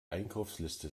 einkaufsliste